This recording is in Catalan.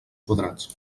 quadrats